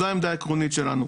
זו העמדה העקרונית שלנו.